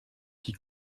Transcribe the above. qui